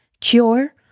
cure